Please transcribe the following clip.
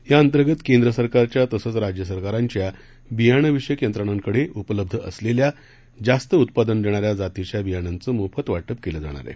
याअंतर्गत केंद्रसरकारच्या तसंच राज्य सरकारांच्या बीयाणंविषयक यंत्रणांकडे उपलब्ध असलेल्या जास्त उत्पादन देणाऱ्या जातीच्या बीयाणांचं मोफत वाटप केलं जाणार आहे